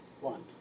One